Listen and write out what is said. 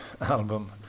album